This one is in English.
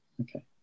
okay